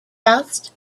asked